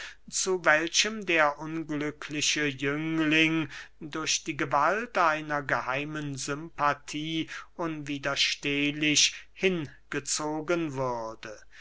zu welchem der unglückliche jüngling durch die gewalt einer geheimen sympathie unwiderstehlich hingezogen würde